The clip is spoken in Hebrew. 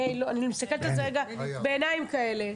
אני מסתכלת על זה רגע בעיניים כאלה.